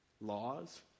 Laws